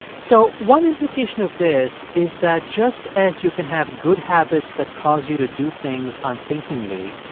so one implication of this is that just as you can have good habits that cause you to do things unthinkingly,